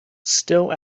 still